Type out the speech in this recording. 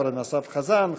אורן אסף חזן,